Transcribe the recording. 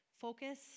Focus